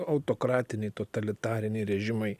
autokratiniai totalitariniai režimai